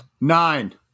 Nine